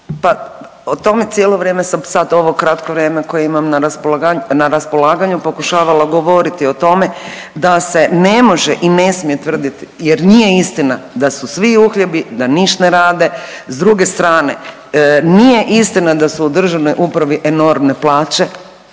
Pa o tome cijelo vrijeme sam sad ovo kratko vrijeme koje imam na raspolaganju pokušavala govoriti o tome da se ne može i ne smije tvrditi jer nije istina da su svi uhljebi da niš ne rade. S druge strane nije istina da su u državnoj upravi enormne plaće.